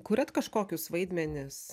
kuriat kažkokius vaidmenis